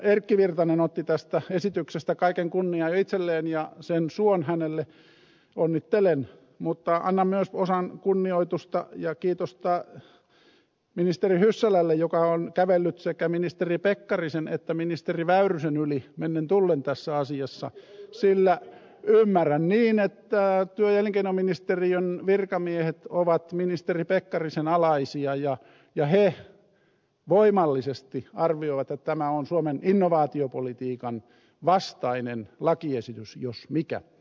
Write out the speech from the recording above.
erkki virtanen otti tästä esityksestä kaiken kunnian itselleen sen suon hänelle onnittelen mutta annan myös osan kunnioitusta ja kiitosta ministeri hyssälälle joka on kävellyt sekä ministeri pekkarisen että ministeri väyrysen yli mennen tullen tässä asiassa sillä ymmärrän niin että työ ja elinkeinoministeriön virkamiehet ovat ministeri pekkarisen alaisia ja he voimallisesti arvioivat että tämä on suomen innovaatiopolitiikan vastainen lakiesitys jos mikä